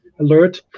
alert